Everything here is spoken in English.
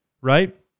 right